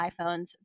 iPhones